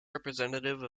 representative